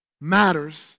matters